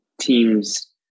teams